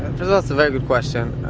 that's a very good question.